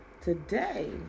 Today